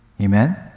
Amen